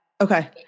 Okay